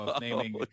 naming